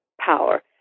power